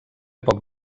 poc